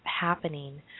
happening